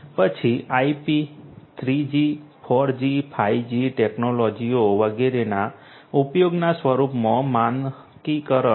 પછી IP 3G 4G 5G ટેક્નોલોજીઓ વગેરેના ઉપયોગના સ્વરૂપમાં માનકીકરણ